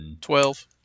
Twelve